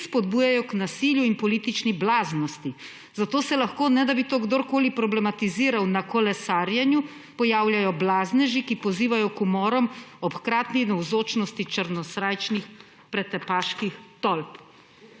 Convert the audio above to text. ki spodbujajo k nasilju in politični blaznosti. Zato se lahko, ne da bi to kdorkoli problematiziral, na kolesarjenju pojavljajo blazneži, ki pozivajo k umorom ob hkratni navzočnosti črnosrajčnih pretepaških tolp.«